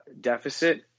deficit